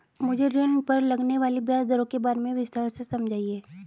मुझे ऋण पर लगने वाली ब्याज दरों के बारे में विस्तार से समझाएं